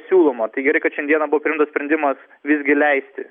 siūloma tai gerai kad šiandieną buvo priimtas sprendimas visgi leisti